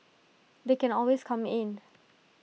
they can always come in